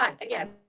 again